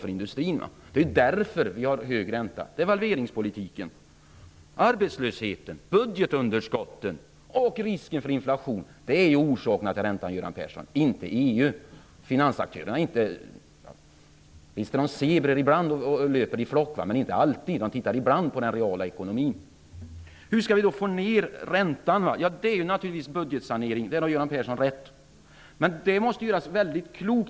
Orsakerna till att vi har så hög ränta, Göran Persson, är ju devalveringspolitiken, arbetslösheten, budgetunderskottet och risken för inflation, inte osäkerheten i fråga om EU. Visst är finansaktörerna ibland zebror som löper i flock, men inte alltid. Ibland tittar de på den reala ekonomin. Hur skall vi då få ner räntan? Svaret är naturligtvis budgetsanering, där har Göran Persson rätt. Men det här måste göras väldigt klokt.